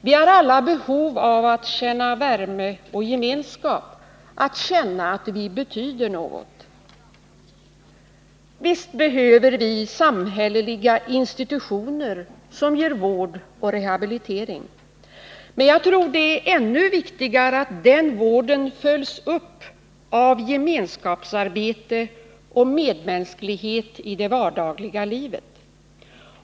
Vi har alla behov av att känna värme och gemenskap, av att känna att vi betyder något. Visst behöver vi samhälleliga institutioner som ger vård och rehabilitering, men jag tror att det är ännu viktigare att den vården följs upp av gemenskapsarbete och medmänsklighet i det vardagliga livet.